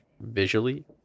visually